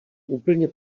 úplně